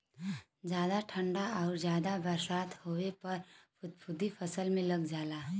जादा ठंडा आउर जादा बरसात होए पर फफूंदी फसल में लग जाला